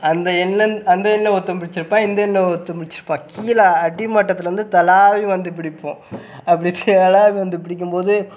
அந்த எண்ட்ல அந்த எண்டில் ஒருத்தன் பிடித்திருப்பான் இந்த எண்டில் ஒருத்தன் பிடித்திருப்பான் கீழே அடிமட்டத்தில் இருந்து துலாவி வந்து பிடிப்போம் அப்படி துலாவி வந்து பிடிக்கும்போது